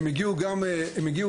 הם הגיעו גם לממשלה,